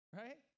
right